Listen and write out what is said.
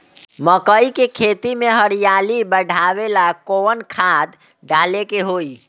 मकई के खेती में हरियाली बढ़ावेला कवन खाद डाले के होई?